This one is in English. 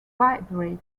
vibrate